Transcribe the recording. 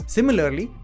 Similarly